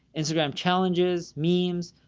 instagram challenges, memes,